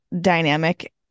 dynamic